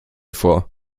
vor